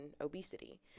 obesity